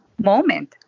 moment